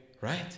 Right